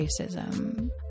racism